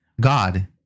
God